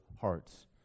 hearts